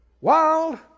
Wild